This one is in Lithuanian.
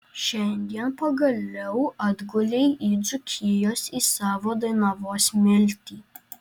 šiandien pagaliau atgulei į dzūkijos į savo dainavos smiltį